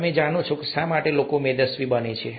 તમે જાણો છો શા માટે લોકો મેદસ્વી બને છે